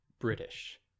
british